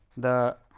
the